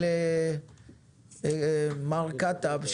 מר כתב,